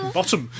Bottom